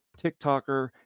TikToker